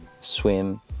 swim